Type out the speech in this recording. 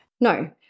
No